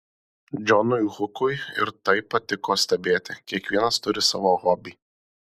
džonui hukui ir tai patiko stebėti kiekvienas turi savo hobį